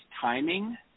timing